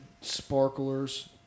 sparklers